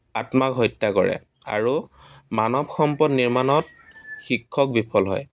আত্মাক হত্যা কৰে আৰু মানৱ সম্পদ নিৰ্মাণত শিক্ষক বিফল হয়